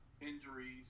injuries